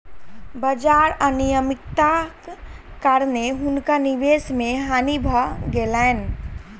बाजार अनियमित्ताक कारणेँ हुनका निवेश मे हानि भ गेलैन